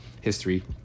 history